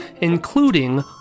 including